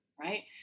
right